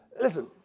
Listen